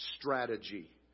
strategy